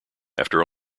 after